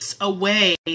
away